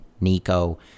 Nico